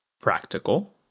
practical